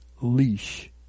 leash